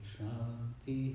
Shanti